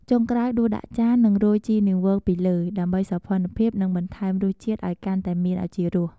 ចុងក្រោយដួសដាក់ចាននិងរោយជីនាងវងពីលើ ដើម្បីសោភ័ណភាពនិងបន្ថែមរសជាតិឱ្យកាន់តែមានឱជារស។